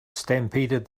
stampeded